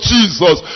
Jesus